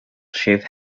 chief